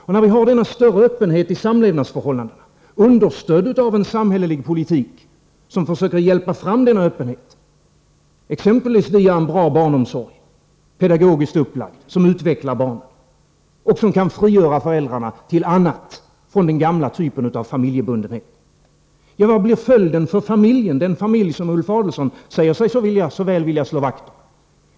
Vi har alltså nu en större öppenhet i samlevnadsförhållandena — understödd av en samhällelig politik som syftar till att hjälpa fram denna öppenhet, exempelvis via en bra barnomsorg som är pedagogiskt upplagd, som utvecklar barnen och som kan frigöra föräldrarna på ett annat sätt jämfört med tidigare, jämfört med den gamla typen av familjebundenhet. Men vad blir följden för familjen, den familj som Ulf Adelsohn säger sig vilja slå vakt om?